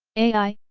ai,